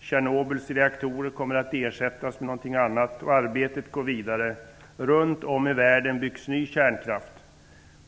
Tjernobyls reaktorer kommer att ersättas med något annat. Arbetet går vidare. Runt om i världen byggs ny kärnkraft.